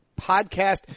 podcast